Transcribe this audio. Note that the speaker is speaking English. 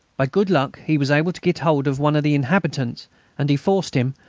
by good luck he was able to get hold of one of the inhabitants and he forced him,